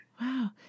Wow